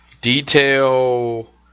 detail